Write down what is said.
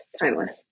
Timeless